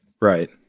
Right